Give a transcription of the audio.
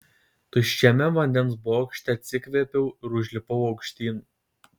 tuščiame vandens bokšte atsikvėpiau ir užlipau aukštyn